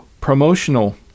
promotional